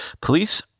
Police